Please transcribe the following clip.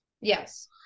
yes